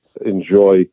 enjoy